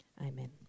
Amen